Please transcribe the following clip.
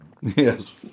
Yes